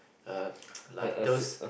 a like those